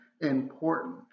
important